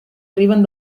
arriben